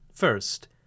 First